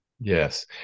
Yes